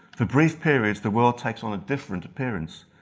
for brief periods the world takes on a different appearance,